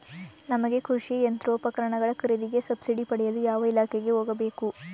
ನಮಗೆ ಕೃಷಿ ಯಂತ್ರೋಪಕರಣಗಳ ಖರೀದಿಗೆ ಸಬ್ಸಿಡಿ ಪಡೆಯಲು ಯಾವ ಇಲಾಖೆಗೆ ಹೋಗಬೇಕು?